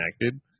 connected